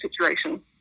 situation